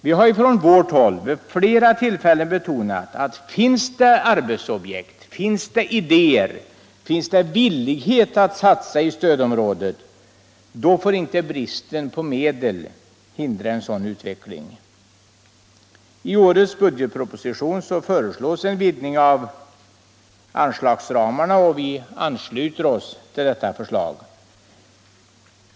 Vi har från vårt håll vid flera tillfällen betonat att finns det arbetsobjekt, finns det idéer, finns det villighet att satsa i stödområdet, då får inte bristen på medel hindra en sådan utveckling. I årets budgetproposition föreslås en vidgning av anslagsramarna, och vi ansluter oss till det förslaget.